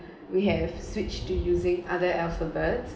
we have switched to using other alphabets